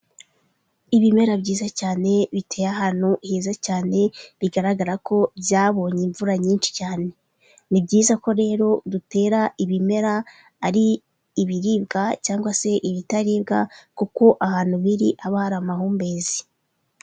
Ibimera byiza cyane biteye ahantu heza cyane bigaragara ko byabonye imvura nyinshi cyane. Ni byiza ko rero dutera ibimera ari ibiribwa cyangwa se ibitaribwa, kuko ahantu biri haba hari amahumbezi.